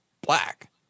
black